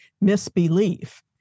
misbelief